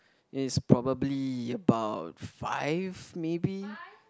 is probably about five maybe